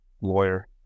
lawyer